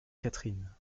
catherine